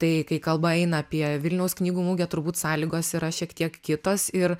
tai kai kalba eina apie vilniaus knygų mugę turbūt sąlygos yra šiek tiek kitos ir